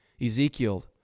Ezekiel